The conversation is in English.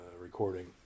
recording